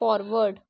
forward